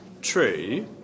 true